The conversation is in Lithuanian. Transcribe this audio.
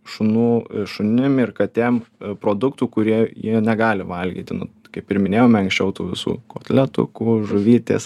šunų šunim ir katėm produktų kurie jie negali valgyti nu kaip ir minėjome anksčiau tų visų kotletukų žuvytės